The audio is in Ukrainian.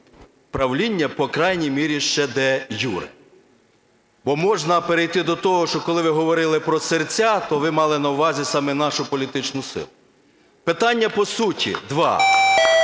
правління, по крайній мірі ще де-юре. Бо можна перейти до того, що коли ви говорили про серця, то ви мали на увазі саме нашу політичну силу. Питання по суті два.